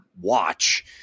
watch